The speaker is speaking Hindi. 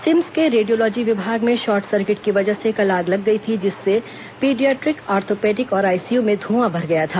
सिम्म के रेडियोलॉजी विभाग में शॉर्टसर्किट की वजह से कल ओग लग गई थी जिससे पीडियाट्रिक ऑर्थोपेडिक और आईसीयू में धुंआ भर गया था